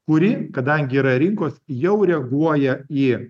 kuri kadangi yra rinkos jau reaguoja į